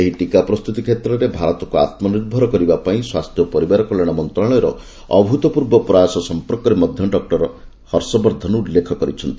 ଏହି ଟୀକା ପ୍ରସ୍ତତି କ୍ଷେତ୍ରରେ ଭାରତକ୍ ଆତ୍କନିର୍ଭର କରିବାପାଇଁ ସ୍ୱାସ୍ଥ୍ୟ ଓ ପରିବାର କଲ୍ୟାଣ ମନ୍ତ୍ରଣାଳୟର ଅଭ୍ତପୂର୍ବ ପ୍ରୟାସ ସମ୍ପର୍କରେ ମଧ୍ୟ ଡକ୍ଟର ବର୍ଦ୍ଧନ ଉଲ୍ଲେଖ କରିଛନ୍ତି